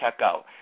checkout